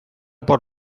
por